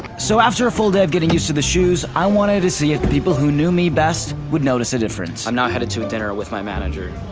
so after a full day of getting used to the shoes, i wanted to see if the people who knew me best would notice a difference. i'm now headed to dinner with my manager.